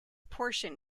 portion